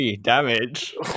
damage